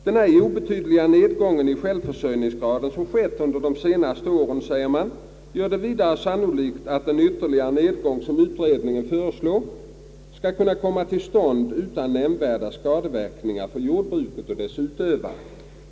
Den ej obetydliga nedgången i självförsörjningsgrad som skett under de senaste åren gör det vidare sannolikt, säger Industriförbundet, att den ytterligare nedgång som utredningen föreslår skall kunna komma till stånd utan nämnvärda skadeverkningar för jordbruket och dess utövare.